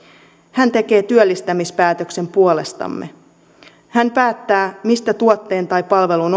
hän tekee työllistämispäätöksen puolestamme hän päättää mistä tuotteen tai palvelun